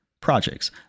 projects